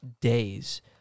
days